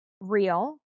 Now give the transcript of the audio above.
real